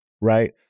Right